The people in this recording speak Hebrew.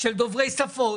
של דוברי שפות,